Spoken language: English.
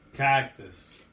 Cactus